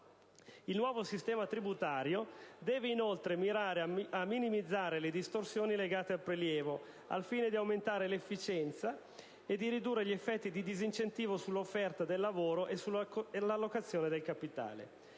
Il nuovo sistema tributario deve inoltre mirare a minimizzare le distorsioni legate al prelievo al fine di aumentare l'efficienza e di ridurre gli effetti di disincentivo sull'offerta del lavoro e sull'allocazione del capitale.